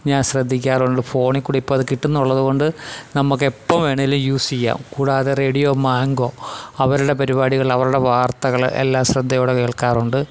ഞാൻ ശ്രദ്ധിക്കാറുണ്ട് ഫോണിൽക്കൂടി ഇപ്പോൾ അത് കിട്ടുമെന്നുള്ളതുകൊണ്ട് നമുക്കെപ്പോൾ വേണമെങ്കിലും യൂസ് ചെയ്യാം കൂടാതെ റേഡിയോ മാങ്കോ അവരുടെ പരിപാടികൾ അവരുടെ വാർത്തകൾ എല്ലാം ശ്രദ്ധയോടെ കേൾക്കാറുണ്ട്